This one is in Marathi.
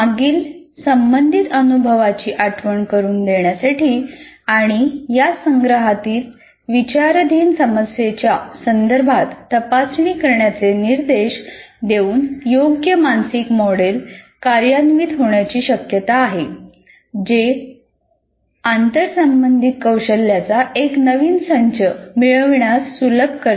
मागील संबंधित अनुभवाची आठवण करून देण्यासाठी आणि या संग्रहातील विचाराधीन समस्येच्या संदर्भात तपासणी करण्याचे निर्देश देऊन योग्य मानसिक मॉडेल कार्यान्वित होण्याची शक्यता आहे जे आंतर संबंधित कौशल्याचा एक नवीन संच मिळविण्यास सुलभ करते